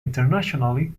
internationally